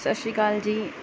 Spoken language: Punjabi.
ਸਤਿ ਸ਼੍ਰੀ ਅਕਾਲ ਜੀ